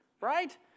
right